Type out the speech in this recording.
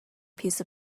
piece